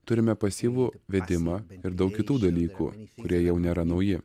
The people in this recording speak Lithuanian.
turime pasyvų vedimą ir daug kitų dalykų kurie jau nėra nauji